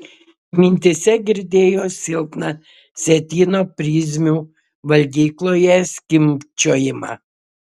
mintyse girdėjo silpną sietyno prizmių valgykloje skimbčiojimą